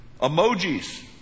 Emojis